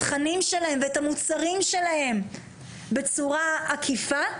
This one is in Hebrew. התכנים שלהם ואת המוצרים שלהם בצורה עקיפה,